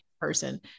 person